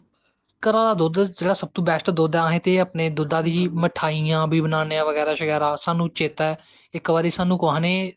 घऱा दा दुध्द जेह्ड़ा सब तो बैस्ट दुध्द ऐ अस ते मठैईयां बी बनानें आं बगैरा बगैरा स्हानू चेता ऐ अक बारी कुसा नै स्हानू